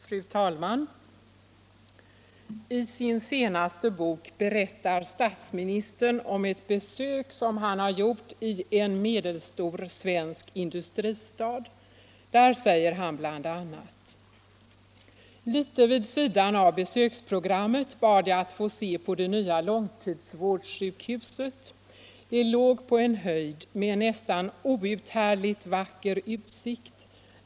Fru talman! I sin senaste bok berättar statsministern om ett besök han gjort i en medelstor svensk industristad. Där säger han bl.a.: ”Lite vid sidan av besöksprogrammet bad jag att få se på det nya långtidsvårdssjukhuset. Det låg på en höjd med en nästan outhärdligt vacker utsikt.